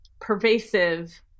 pervasive